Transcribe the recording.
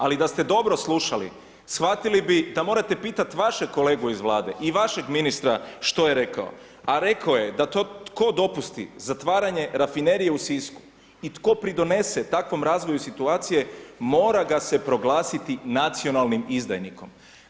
Ali da ste dobro slušali shvatili bi da morate pitat vašeg kolegu iz Vlade i vašeg ministra što je rekao, a rekao je tko dopusti zatvaranje rafinerije u Sisku i tko pridonese takvom razvoju situacije mora ga se proglasiti nacionalnim izdajnikom.